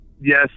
Yes